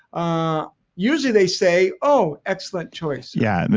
ah usually they say, oh, excellent choice. yeah.